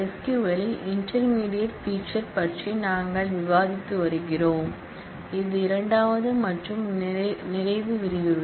SQL இல் intermediate feature பற்றி நாங்கள் விவாதித்து வருகிறோம் இது இரண்டாவது மற்றும் நிறைவு விரிவுரை